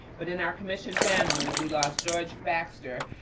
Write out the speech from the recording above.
but in our commission family, we lost george baxter,